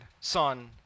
Son